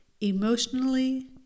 Emotionally